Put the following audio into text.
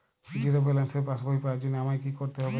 Zero ব্যালেন্সের পাসবই পাওয়ার জন্য আমায় কী করতে হবে?